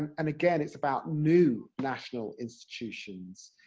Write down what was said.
and again, it's about new national institutions,